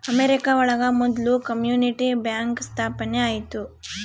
America ಒಳಗ ಮೊದ್ಲು community bank ಸ್ಥಾಪನೆ ಆಯ್ತು